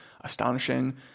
astonishing